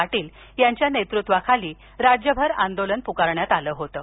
पाटील यांच्या नेतृत्वाखाली राज्यभर आंदोलन पुकारण्यात आलं होतं